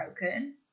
broken